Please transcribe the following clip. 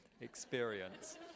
experience